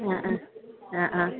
ആ ആ ആ ആ